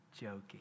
joking